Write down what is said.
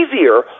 easier